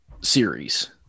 series